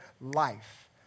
life